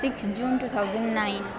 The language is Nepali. six June two thousand nine